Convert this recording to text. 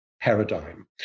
paradigm